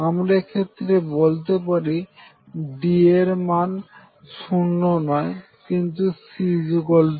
আমরা এক্ষেত্রে বলতে পারি D এর মান শূন্য নয় কিন্তু C0